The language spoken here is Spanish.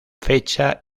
fecha